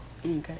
Okay